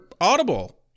Audible